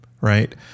Right